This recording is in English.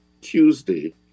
Tuesday